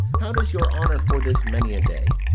how does your honour for this many a day?